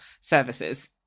services